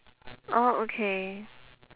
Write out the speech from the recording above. oh okay